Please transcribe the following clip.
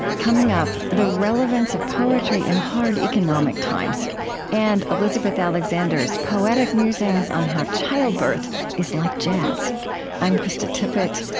coming up, the relevance of poetry in hard economic times and elizabeth alexander's poetic musings on how childbirth is like jazz i'm krista tippett.